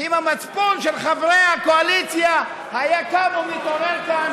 ואם המצפון של חברי הקואליציה היה קם ומתעורר כאן,